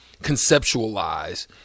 conceptualize